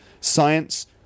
Science